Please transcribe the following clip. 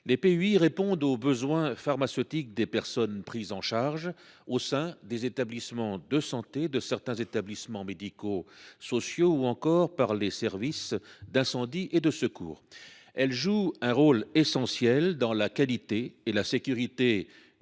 Les PUI répondent aux besoins pharmaceutiques des personnes prises en charge au sein des établissements de santé, de certains établissements médico sociaux ou encore par les services d’incendie et de secours. Leur rôle est essentiel dans la qualité et la sécurité du